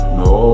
no